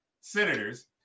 senators